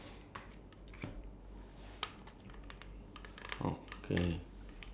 smelly things like all their ya you have to clean up after them